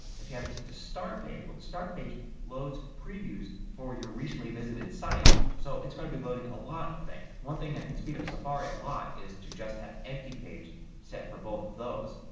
if you have it set to start page, well the start page loads previews for your recently visited sites. so it's going to be loading a lot of things. one thing that can speed up safari a lot is to just have empty page set for both of those.